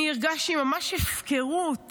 אני הרגשתי ממש הפקרות